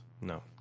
No